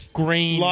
green